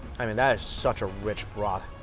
i mean that is such a rich broth